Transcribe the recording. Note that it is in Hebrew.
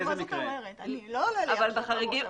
באיזה מקרה?